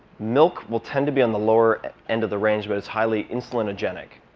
milk will tend to be on the lower end of the range, but it's highly insulinogenic.